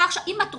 אם את רוצה,